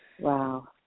Wow